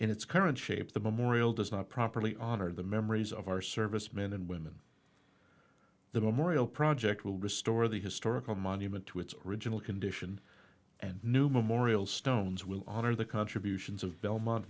in its current shape the memorial does not properly honor the memories of our servicemen and women the memorial project will restore the historical monument to its original condition and new memorial stones will honor the contributions of belmont